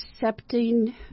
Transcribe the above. accepting